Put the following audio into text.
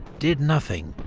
did nothing.